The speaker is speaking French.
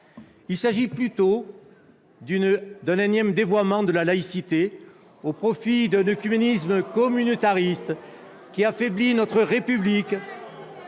Il s'agit plutôt d'un énième dévoiement de la laïcité, au profit d'un oecuménisme communautariste qui affaiblit notre république.